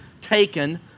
taken